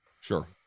Sure